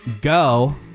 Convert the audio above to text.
Go